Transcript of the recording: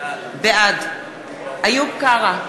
בעד איוב קרא,